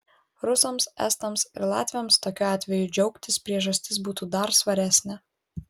rusams estams ir latviams tokiu atveju džiaugtis priežastis būtų dar svaresnė